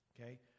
Okay